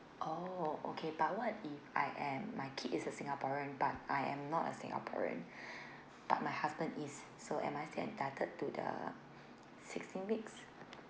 oh okay but what if I am my kid is a singaporean but I am not a singaporean but my husband is so am I still entitled to the sixteen weeks